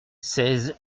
seize